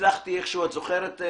את זוכרת,